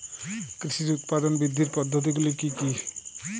কৃষির উৎপাদন বৃদ্ধির পদ্ধতিগুলি কী কী?